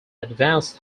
advanced